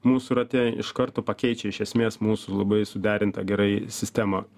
mūsų rate iš karto pakeičia iš esmės mūsų labai suderintą gerai sistemą